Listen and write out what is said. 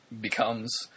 becomes